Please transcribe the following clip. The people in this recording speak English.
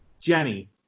Jenny